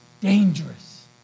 dangerous